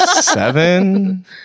Seven